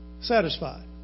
satisfied